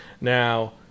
Now